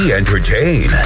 entertain